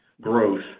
growth